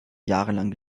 jahrelang